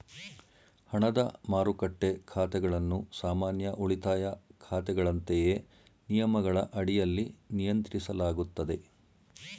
ಹಣದ ಮಾರುಕಟ್ಟೆ ಖಾತೆಗಳನ್ನು ಸಾಮಾನ್ಯ ಉಳಿತಾಯ ಖಾತೆಗಳಂತೆಯೇ ನಿಯಮಗಳ ಅಡಿಯಲ್ಲಿ ನಿಯಂತ್ರಿಸಲಾಗುತ್ತದೆ